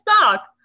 suck